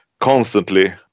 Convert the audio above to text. constantly